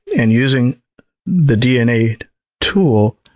and using the dna tool,